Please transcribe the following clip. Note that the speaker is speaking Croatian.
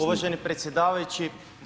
Uvaženi predsjedavajući.